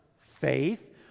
faith